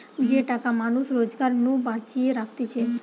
যে টাকা মানুষ রোজগার নু বাঁচিয়ে রাখতিছে